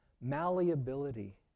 malleability